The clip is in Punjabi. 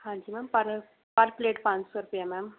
ਹਾਂਜੀ ਮੈਮ ਪਰ ਪਰ ਪਲੇਟ ਪੰਜ ਸੌ ਰੁਪਈਆ ਮੈਮ